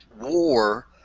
war